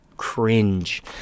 Cringe